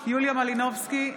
יוליה מלינובסקי,